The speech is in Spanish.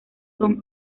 son